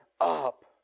up